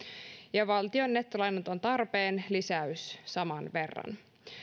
ja valtion nettolainanoton tarpeen lisäys saman verran